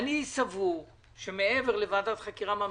אני חושב שמעבר לוועדת חקירה ממלכתית,